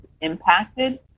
impacted